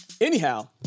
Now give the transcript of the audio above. Anyhow